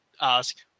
ask